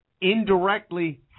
indirectly